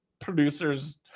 producers